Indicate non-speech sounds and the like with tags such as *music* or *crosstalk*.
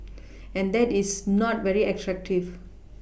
*noise* and that is not very attractive